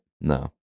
No